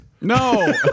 No